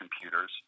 computers